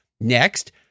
Next